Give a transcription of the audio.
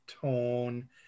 tone